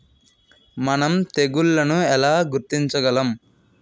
మనం తెగుళ్లను ఎలా గుర్తించగలం?